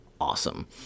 Awesome